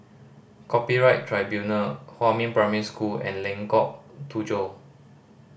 Copyright Tribunal Huamin Primary School and Lengkok Tujoh